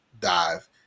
dive